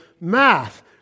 math